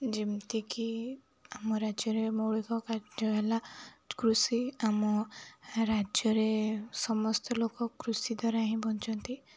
ଯେମିତିକି ଆମ ରାଜ୍ୟରେ ମୌଳିକ କାର୍ଯ୍ୟ ହେଲା କୃଷି ଆମ ରାଜ୍ୟରେ ସମସ୍ତ ଲୋକ କୃଷି ଦ୍ୱାରା ହିଁ ବଞ୍ଚନ୍ତି